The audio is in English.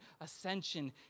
ascension